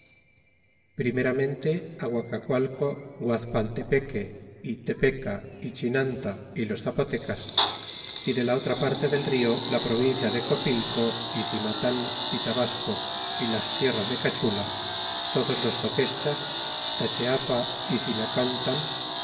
primeramente á guacacualco guazpaltepeque é tepeca é chinanta é los zapotecas é de la otra parte del rio la provincia de copilco e cimatan y tabasco y las sierras de cachula todos los zoqueschas tacheapa é